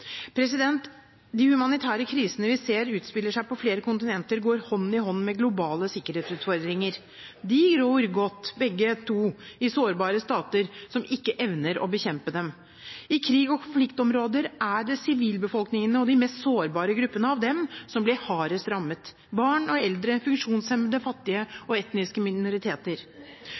De humanitære krisene vi ser utspiller seg på flere kontinenter, går hånd i hånd med globale sikkerhetsutfordringer. De gror godt, begge to, i sårbare stater som ikke evner å bekjempe dem. I krigs- og konfliktområder er det sivilbefolkningen og de mest sårbare gruppene i den som blir hardest rammet: barn, eldre, funksjonshemmede, fattige